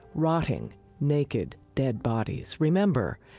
rotting naked dead bodies. remember,